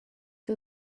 for